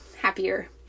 happier